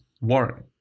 Warren